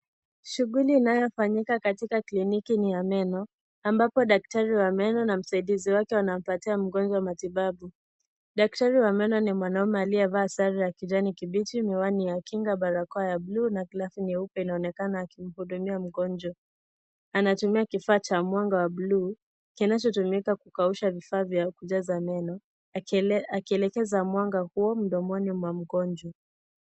Shughuli inayofanyika katika kliniki ni ya meno ambapo daktari wa meno na msaidizi wake wanampatia mgonjwa matibabu. Daktari wa meno ni mwanaume aliyevaa sare ya kijani kibichi miwani ya kinga barakoa ya bluu na glavu nyeupe anaonekana akimhudumia mgonjwa , anatumia kifaa cha mwanga wa bluu kinachotumika kukausha vifaa vya kujaza meno akielekeza mwanga huo mdomoni mwa mgonjwa.